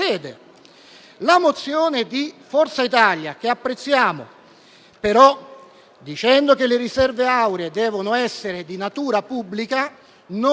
la mozione di Forza Italia però, dicendo che le riserve auree devono essere di natura pubblica, non